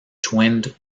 twinned